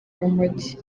urumogi